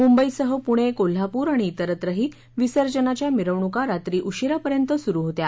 मुंबईसह पुणे कोल्हापूर आणि त्रिस्त्रही विसर्जनाच्या मिरवणुका रात्री उशीरापर्यंत सुरू होत्या